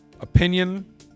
opinion